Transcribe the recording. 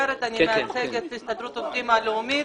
מייצגת את הסתדרות העובדים הלאומית